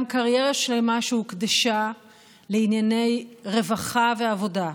גם קריירה שלמה שהוקדשה לענייני רווחה ועבודה.